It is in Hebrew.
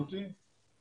רבני אירופה.